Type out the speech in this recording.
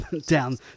down